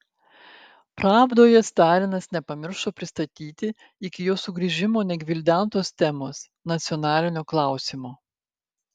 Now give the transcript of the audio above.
pravdoje stalinas nepamiršo pristatyti iki jo sugrįžimo negvildentos temos nacionalinio klausimo